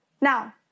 Now